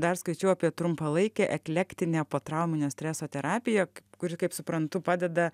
dar skaičiau apie trumpalaikę eklektinę potrauminio streso terapiją kuri kaip suprantu padeda